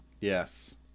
Yes